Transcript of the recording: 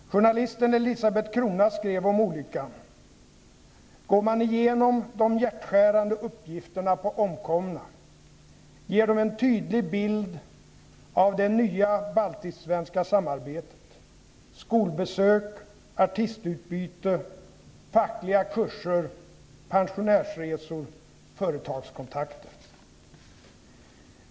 Journalisten Elisabeth Crona skrev om olyckan: "Går man igenom de hjärtskärande uppgifterna på omkomna, ger de en tydlig bild av det nya baltisksvenska samarbetet - skolbesök, artistutbyte, fackliga kurser, pensionärsresor, företagskontakter."